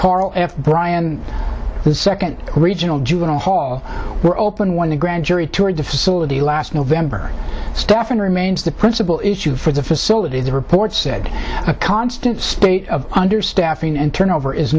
coral bryan the second regional juvenile hall were open when the grand jury toured the facility last november stephan remains the principal issue for the facility the report said a constant spate of understaffing and turnover is